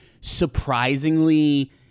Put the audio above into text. surprisingly